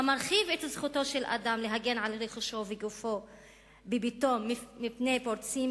המרחיב את זכותו של אדם להגן על רכושו וגופו בביתו מפני פורצים